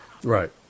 Right